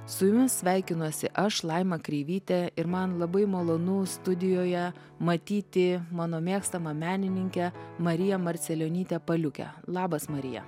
su jumis sveikinuosi aš laima kreivytė ir man labai malonu studijoje matyti mano mėgstamą menininkę mariją marcelionytę paliukę labas marija